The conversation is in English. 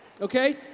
okay